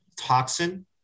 toxin